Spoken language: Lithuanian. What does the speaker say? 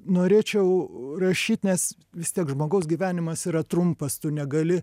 norėčiau rašyt nes vis tiek žmogaus gyvenimas yra trumpas tu negali